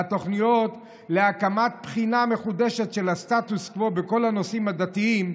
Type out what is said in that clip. והתוכניות להקמת בחינה מחודשת של הסטטוס קוו בכל הנושאים הדתיים,